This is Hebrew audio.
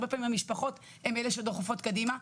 כלל המשפחות הן אלה שדוחפות קדימה,